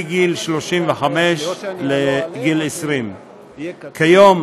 מגיל 35 לגיל 20. כיום,